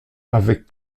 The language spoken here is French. avec